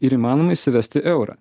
ir įmanoma įsivesti eurą